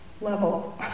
level